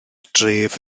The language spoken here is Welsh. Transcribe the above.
dref